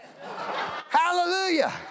Hallelujah